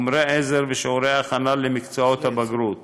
חומר עזר ושיעורי הכנה למקצועות הבגרות